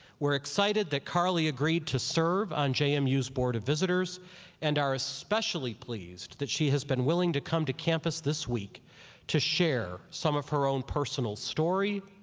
we're excited that carly agreed to serve on jmu's um board of visitors and are especially pleased that she has been willing to come to campus this week to share some of her own personal story,